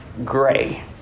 gray